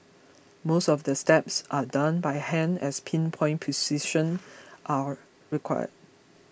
most of the steps are done by hand as pin point precision are required